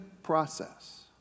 process